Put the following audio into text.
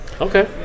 Okay